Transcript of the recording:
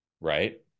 right